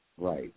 Right